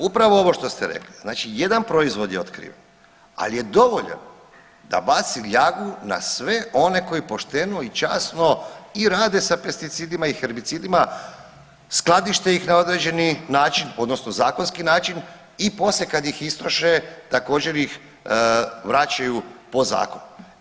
Upravo ovo što ste rekli, znači jedan proizvod je otkriven ali je dovoljan da baci ljagu na sve one koji pošteno i časno i rade sa pesticidima i herbicidima, skladište ih na određeni način odnosno zakonski način i poslije kad ih istroše također ih vraćaju po zakonu.